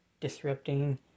disrupting